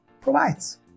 provides